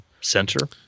center